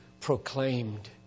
proclaimed